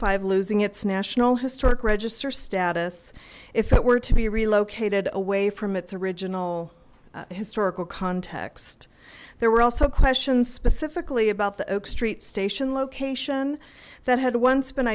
five losing its national historic register status if it were to be relocated away from its original historical context there were also questions specifically about the oak street station location that had once been